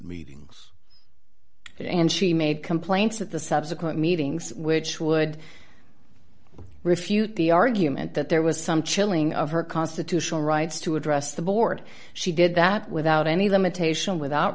meetings and she made complaints at the subsequent meetings which would refute the argument that there was some chilling of her constitutional rights to address the board she did that without any limitation without